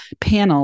panel